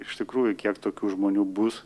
iš tikrųjų kiek tokių žmonių bus